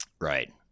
Right